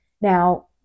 Now